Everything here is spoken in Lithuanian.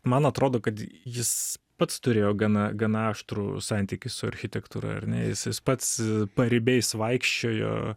man atrodo kad jis pats turėjo gana gana aštrų santykį su architektūra ar ne jis jis pats paribiais vaikščiojo